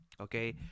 okay